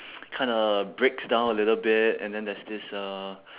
kinda breaks down a little bit and then there's this uh